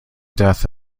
death